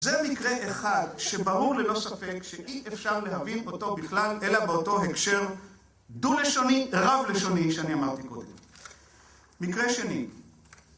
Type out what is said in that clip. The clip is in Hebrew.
זה מקרה אחד שברור ללא ספק שאי אפשר להבין אותו בכלל אלא באותו הקשר דו-לשוני, רב-לשוני, שאני אמרתי קודם. מקרה שני.